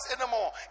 anymore